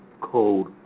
cold